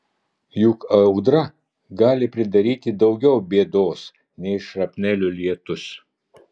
juk audra gali pridaryti daugiau bėdos nei šrapnelių lietus